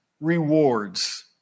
rewards